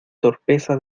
torpeza